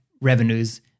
revenues